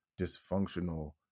dysfunctional